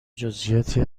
جزییاتی